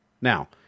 Now